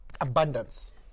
abundance